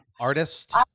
Artist